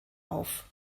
auf